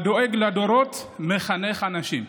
הדואג לדורות מחנך אנשים".